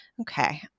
Okay